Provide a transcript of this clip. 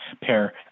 pair